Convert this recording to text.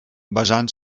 basant